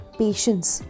patience